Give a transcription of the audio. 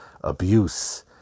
abuse